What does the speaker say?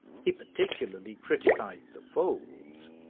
he particularly criticised the folds,